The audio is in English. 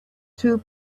two